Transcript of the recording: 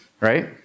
Right